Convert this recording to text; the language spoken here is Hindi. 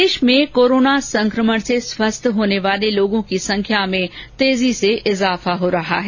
प्रदेश में कोरोना संक्रमण से स्वस्थ होने वाले लोगों की संख्या में तेजी से इजाफा हो रहा है